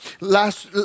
Last